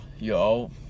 Yo